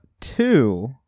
two